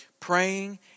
praying